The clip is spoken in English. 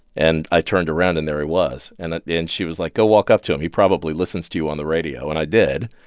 and i turned around and there he was. and ah and she was, like, go walk up to him. he probably listens to you on the radio. and i did.